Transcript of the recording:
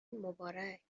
مبارک